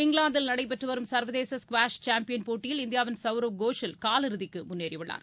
இங்கிலாந்தில் நடைபெற்றுவரும் சர்வதேச ஸ்குவாஷ் சாம்பியன் போட்டியில் இநதியாவின் சவுரவ் கோஷல் காலிறுதிக்கு முன்னேறி உள்ளார்